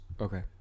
Okay